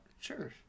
sure